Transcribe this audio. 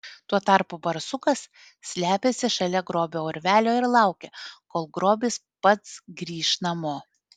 tuo tarpu barsukas slepiasi šalia grobio urvelio ir laukia kol grobis pats grįš namo